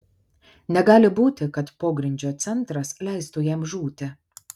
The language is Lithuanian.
negali būti kad pogrindžio centras leistų jam žūti